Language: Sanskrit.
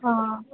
हा